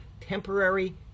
temporary